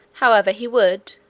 however, he would,